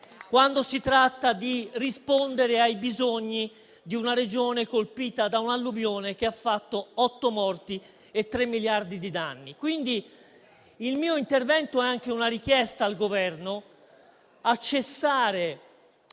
quando si tratta di rispondere ai bisogni di una Regione colpita da un'alluvione che ha causato otto morti e tre miliardi di danni. Quindi, il mio intervento è anche una richiesta al Governo affinché